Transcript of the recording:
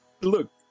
look